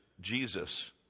Jesus